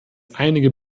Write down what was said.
einige